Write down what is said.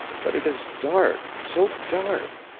but it is dark so dark